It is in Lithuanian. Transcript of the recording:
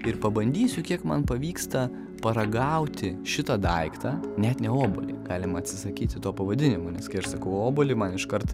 ir pabandysiu kiek man pavyksta paragauti šitą daiktą net ne obuolį galima atsisakyti to pavadinimo nes kai aš sakau obuolį man iškart